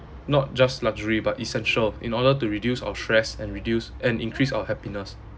not just luxury but essential in order to reduce our stress and reduce and increase our happiness